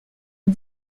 est